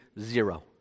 zero